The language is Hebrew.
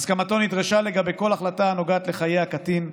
והסכמתו נדרשה לגבי כל החלטה הנוגעת לחיי הקטין,